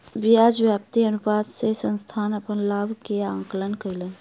ब्याज व्याप्ति अनुपात से संस्थान अपन लाभ के आंकलन कयलक